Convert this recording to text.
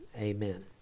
amen